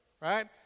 right